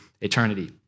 eternity